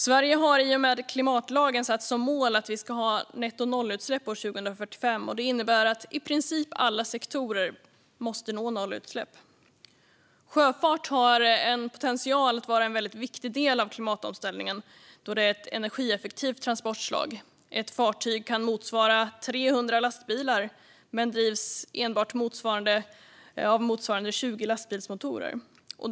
Sverige har i och med klimatlagen som mål angett att vi ska ha nettonollutsläpp år 2045. Det innebär att i princip alla sektorer måste nå nollutsläpp. Sjöfart har potential att vara en väldigt viktig del i klimatomställningen, då den är ett energieffektivt transportslag. Ett fartyg kan motsvara 300 lastbilar men drivs enbart av motsvarande 20 lastbilsmotorer.